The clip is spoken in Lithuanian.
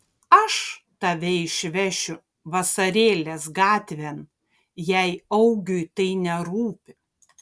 aš tave išvešiu vasarėlės gatvėn jei augiui tai nerūpi